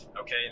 okay